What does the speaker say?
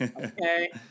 Okay